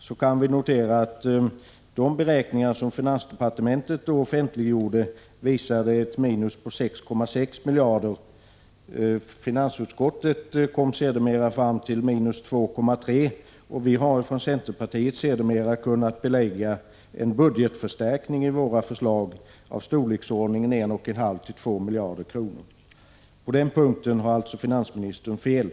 Det kan noteras att de beräkningar som finansdepartementet då offentliggjorde visade ett minus på 6,6 miljarder. Finansutskottet kom sedermera fram till ett minus på 2,3 miljarder. Vi har från centerpartiet i våra förslag senare kunnat belägga en budgetförstärkning istorleksordningen 1,5-2 miljarder kronor. På den punkten har finansministern alltså fel.